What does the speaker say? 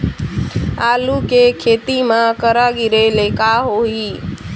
आलू के खेती म करा गिरेले का होही?